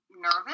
Nervous